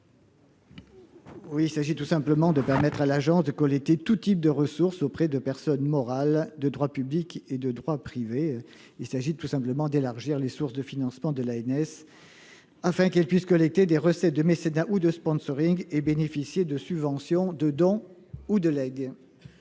Lozach. Cet amendement vise à permettre à l'ANS de collecter tout type de ressources auprès de personnes morales, tant de droit public que de droit privé. Il s'agit tout simplement d'élargir les sources de financement de l'ANS afin qu'elle puisse collecter des recettes de mécénat ou de sponsoring et bénéficier de subventions, de dons ou de legs.